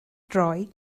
droi